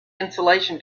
insulation